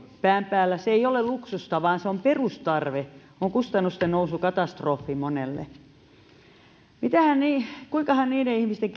pään päällä eivät ole luksusta vaan perustarve on kustannusten nousu katastrofi monelle kuinkahan käy niiden ihmisten